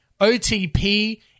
OTP